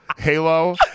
halo